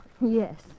Yes